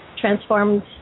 transformed